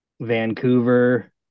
Vancouver